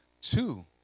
two